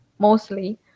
mostly